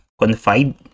confide